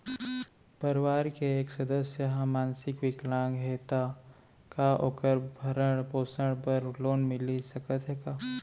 परवार के एक सदस्य हा मानसिक विकलांग हे त का वोकर भरण पोषण बर लोन मिलिस सकथे का?